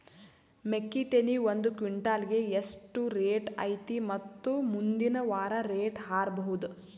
ಮೆಕ್ಕಿ ತೆನಿ ಒಂದು ಕ್ವಿಂಟಾಲ್ ಗೆ ಎಷ್ಟು ರೇಟು ಐತಿ ಮತ್ತು ಮುಂದಿನ ವಾರ ರೇಟ್ ಹಾರಬಹುದ?